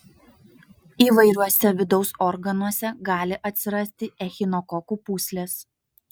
įvairiuose vidaus organuose gali atsirasti echinokokų pūslės